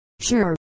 Sure